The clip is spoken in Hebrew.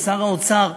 שר האוצר,